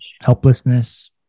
helplessness